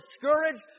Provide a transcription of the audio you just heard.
discouraged